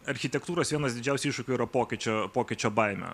architektūros vienas didžiausių iššūkių yra pokyčio pokyčio baimė